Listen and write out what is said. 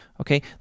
okay